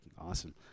awesome